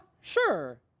sure